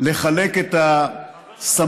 לחלק את הסמכות